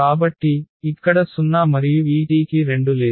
కాబట్టి ఇక్కడ 0 మరియు ఈ t కి 2 లేదు